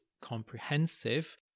comprehensive